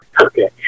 Okay